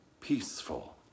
peaceful